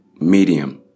medium